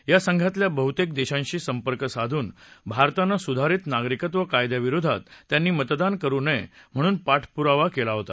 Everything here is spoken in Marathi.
या संघातल्या बहुतेक देशांशी संपर्क साधून भारतानं सुधारित नागरिकत्व कायद्याविरोधात त्यांनी मतदान करू नये म्हणून पाठपूरावा केला होता